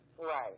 right